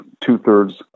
two-thirds